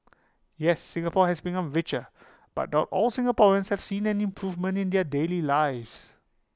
yes Singapore has become richer but not all Singaporeans have seen an improvement in their daily lives